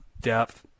depth